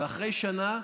ואחרי שנה,